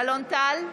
אלון טל,